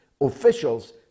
officials